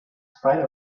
spite